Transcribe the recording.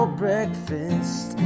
breakfast